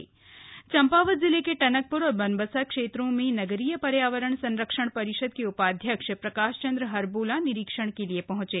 हुर्बोला दौरा चंपावत चम्पावत जिले के टनकपुर और बनबसा क्षेत्रों में नगरीय पर्यावरण संरक्षण परिषद के उपाध्यक्ष प्रकाश चंद्र हर्बोला निरीक्षण के लिए पहंचे